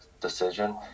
decision